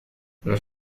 los